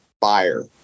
buyer